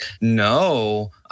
no